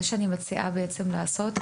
מה שאני מציעה בעצם לעשות,